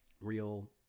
real